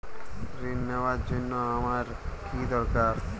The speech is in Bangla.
ঋণ নেওয়ার জন্য আমার কী দরকার?